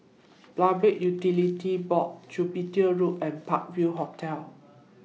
Public Utilities Board Jupiter Road and Park View Hotel